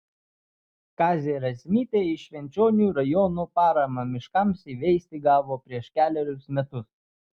kazė razmytė iš švenčionių rajono paramą miškams įveisti gavo prieš kelerius metus